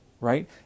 right